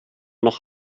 noch